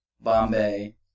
Bombay